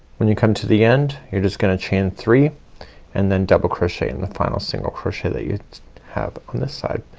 when you come to the end you're just gonna chain three and then double crochet in the final single crochet that you have on this side.